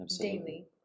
daily